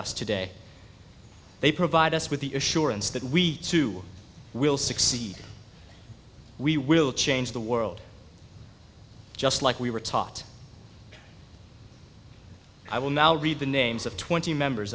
us today they provide us with the assurance that we too will succeed we will change the world just like we were taught i will now read the names of twenty members